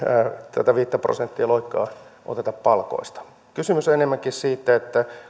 tätä viittä prosenttia oteta palkoista jos puhutaan työvoimasektorista kysymys on enemmänkin siitä